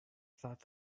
thought